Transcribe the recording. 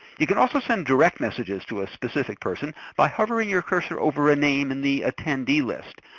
you can also send direct messages to a specific person by hovering your cursor over a name in the attendee list.